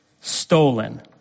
stolen